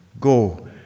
Go